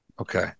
Okay